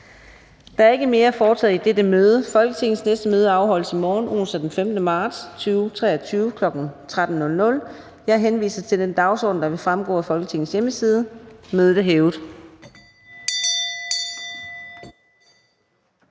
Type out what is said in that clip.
Der er ikke mere at foretage i dette møde. Folketingets næste møde afholdes i morgen, onsdag den 15. marts 2023, kl. 13.00. Jeg henviser til den dagsorden, der vil fremgå af Folketingets hjemmeside. Mødet er hævet.